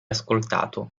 ascoltato